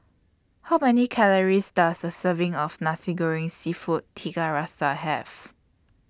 How Many Calories Does A Serving of Nasi Goreng Seafood Tiga Rasa Have